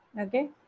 Okay